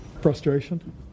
Frustration